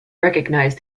recognise